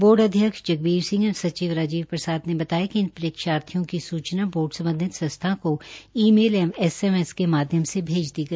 board अध्यक्ष जगबीर सिह एंव सचिव राजीव प्रसाद ने बताया कि इन परीक्षार्थीयों की सूचना बोर्ड सम्बधित संस्था को ई मेल एवं एस एम एस के माध्यम से भेज दी गई है